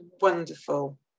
wonderful